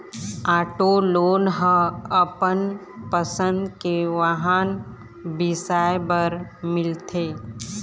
auto loan ह अपन पसंद के वाहन बिसाए बर मिलथे